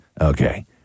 okay